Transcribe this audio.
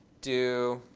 do